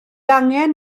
angen